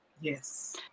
Yes